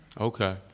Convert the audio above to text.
Okay